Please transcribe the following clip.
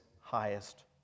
highest